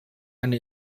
eine